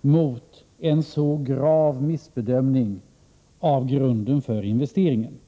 mot en så grav missbedömning av grunden för investeringen.